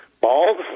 bald